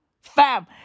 Fam